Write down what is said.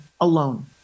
alone